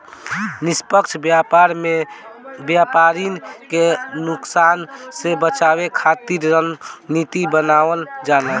निष्पक्ष व्यापार में व्यापरिन के नुकसान से बचावे खातिर रणनीति बनावल जाला